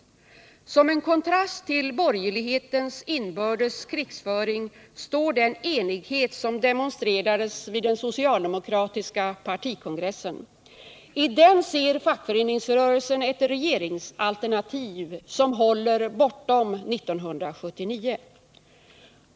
Som en kontrast till borgerlighetens inbördes krigföring står den enighet som demonstrerades vid den socialdemokratiska partikongressen. I den ser fackföreningsrörelsen ett regeringsalternativ som håller bortom 1979.